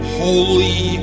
holy